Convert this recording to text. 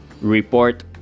report